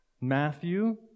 Matthew